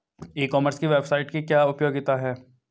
ई commerce की website की क्या उपयोगिता है?